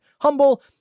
humble